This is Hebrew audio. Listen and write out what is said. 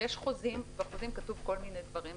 יש חוזים ובחוזים כתובים כל מיני דברים.